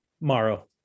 Morrow